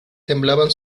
temblaban